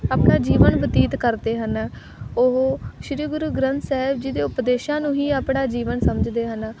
ਆਪਣਾ ਜੀਵਨ ਬਤੀਤ ਕਰਦੇ ਹਨ ਉਹ ਸ੍ਰੀ ਗੁਰੂ ਗ੍ਰੰਥ ਸਾਹਿਬ ਜੀ ਦੇ ਉਪਦੇਸ਼ਾਂ ਨੂੰ ਹੀ ਆਪਣਾ ਜੀਵਨ ਸਮਝਦੇ ਹਨ